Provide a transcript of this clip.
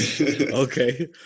Okay